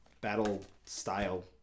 battle-style